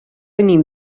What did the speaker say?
نیم